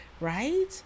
right